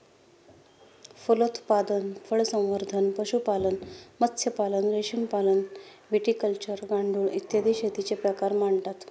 फलोत्पादन, फळसंवर्धन, पशुपालन, मत्स्यपालन, रेशीमपालन, व्हिटिकल्चर, गांडूळ, इत्यादी शेतीचे प्रकार मानतात